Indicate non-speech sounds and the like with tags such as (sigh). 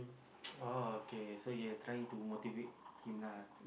(noise) oh okay so your trying to motivate him lah